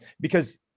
because-